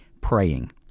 praying